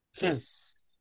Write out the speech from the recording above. Yes